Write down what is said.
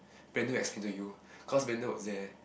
Brandon will explain to you cause Brandon was there